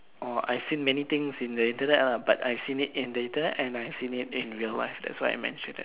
uh I seen many things in the Internet lah but I have seen many things on the Internet and I've seen it in real life that's why I mention it